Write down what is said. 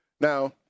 Now